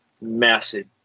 massive